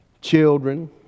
Children